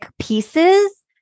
pieces